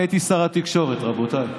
אני הייתי שר התקשורת, רבותיי.